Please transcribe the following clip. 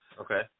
Okay